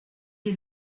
est